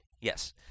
Yes